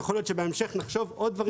יכול להיות שבהמשך נחשוב על עוד דברים